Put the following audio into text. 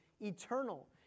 eternal